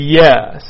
yes